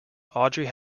audrey